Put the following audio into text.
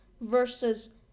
versus